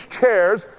chairs